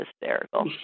hysterical